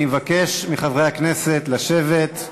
אני מבקש מחברי הכנסת לשבת.